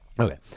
okay